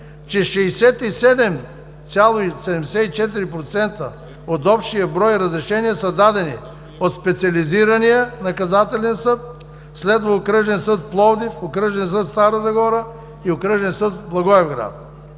че 67,74% от общия брой разрешения са дадени от Специализирания наказателен съд, Окръжен съд – Пловдив, Окръжен съд – Стара Загора, и Окръжен съд – Благоевград.